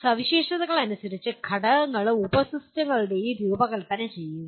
സവിശേഷതകൾ അനുസരിച്ച് ഘടകങ്ങളും ഉപ സിസ്റ്റങ്ങളും രൂപകൽപ്പന ചെയ്യുക